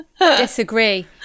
Disagree